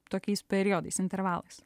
tokiais periodais intervalais